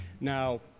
Now